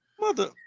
mother